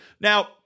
Now